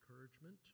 encouragement